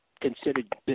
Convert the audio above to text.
considered